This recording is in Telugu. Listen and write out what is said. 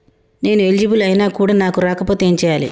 నేను ఎలిజిబుల్ ఐనా కూడా నాకు రాకపోతే ఏం చేయాలి?